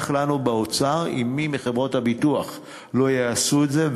לנו באוצר אם מי מחברות הביטוח לא יעשו את זה,